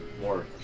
more